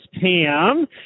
Pam